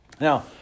Now